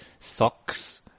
socks